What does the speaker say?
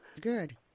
Good